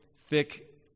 thick